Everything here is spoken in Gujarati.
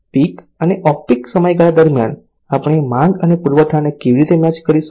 પીક અને ઓફ પીક સમયગાળા દરમિયાન આપણે માંગ અને પુરવઠાને કેવી રીતે મેચ કરીશું